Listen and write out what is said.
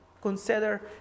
Consider